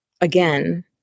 again